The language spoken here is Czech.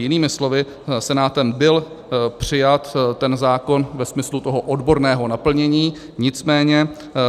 Jinými slovy Senátem byl přijat zákon ve smyslu toho odborného naplnění, nicméně